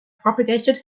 propagated